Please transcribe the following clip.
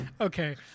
Okay